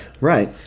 Right